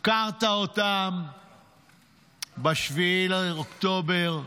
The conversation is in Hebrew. הפקרת אותם ב-7 באוקטובר.